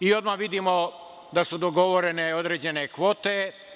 Odmah vidimo da su dogovorene određene kvote.